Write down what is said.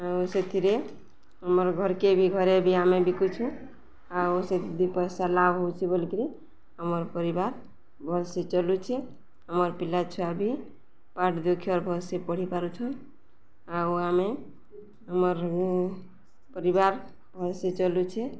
ଆଉ ସେଥିରେ ଆମର ଘରକେ ବି ଘରେ ବି ଆମେ ବିକୁଛୁ ଆଉ ସେ ଦି ପଇସା ଲାଭ ହଉଚି ବୋଲିକିରି ଆମର୍ ପରିବାର ଭଲସେ ଚଲୁଛେ ଆମର୍ ପିଲା ଛୁଆ ବି ପାଠ ଦୁଇଅକ୍ଷର ଭଲ ସେ ପଢ଼ି ପାରୁଛୁନ୍ ଆଉ ଆମେ ଆମର୍ ପରିବାର ଭଲସେ ଚଲୁଛେ